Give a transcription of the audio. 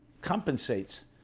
compensates